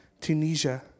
Tunisia